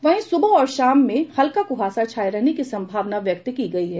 वहीं सुबह और शाम मे हल्का कुहासा छाये रहने की संभावना व्यक्त की गयी है